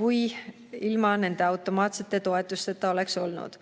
kui ilma nende automaatsete toetusteta oleks olnud.